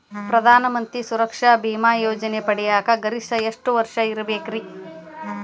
ಪ್ರಧಾನ ಮಂತ್ರಿ ಸುರಕ್ಷಾ ಭೇಮಾ ಯೋಜನೆ ಪಡಿಯಾಕ್ ಗರಿಷ್ಠ ಎಷ್ಟ ವರ್ಷ ಇರ್ಬೇಕ್ರಿ?